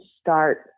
start